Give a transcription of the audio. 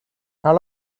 how